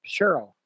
Cheryl